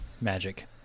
Magic